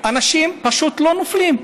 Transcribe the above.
אנשים פשוט לא נופלים,